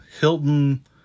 Hilton